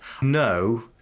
no